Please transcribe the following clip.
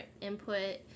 input